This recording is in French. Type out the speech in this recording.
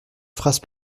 phrases